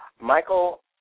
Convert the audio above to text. Michael